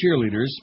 cheerleaders